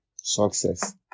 success